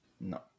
No